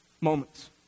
Moments